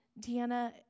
Deanna